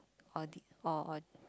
or de~ or or